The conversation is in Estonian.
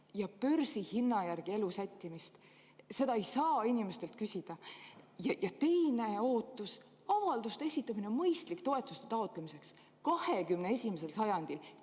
ja börsihinna järgi elu sättimist. Seda ei saa inimestelt küsida. Ja teiseks, avalduste esitamine on mõistlik viis toetuste taotlemiseks, XXI sajandil